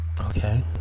Okay